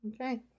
Okay